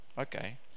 okay